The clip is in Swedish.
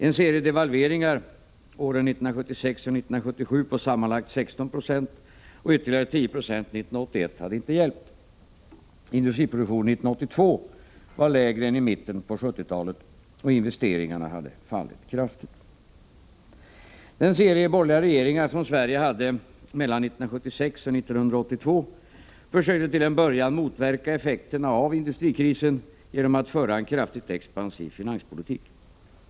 En serie devalveringar åren 1976-1977 på sammanlagt 16 90 och ytterligare 10 20 år 1981 hade inte hjälpt. Industriproduktionen 1982 var lägre än i mitten av 1970-talet, och investeringarna hade fallit kraftigt. Den serie borgerliga regeringar som Sverige hade mellan 1976 och 1982 försökte till en början motverka effekterna av industrikrisen genom att föra en kraftigt expansiv finanspolitik.